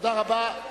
תודה רבה.